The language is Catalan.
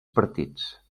partits